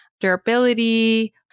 durability